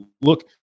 look –